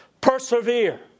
persevere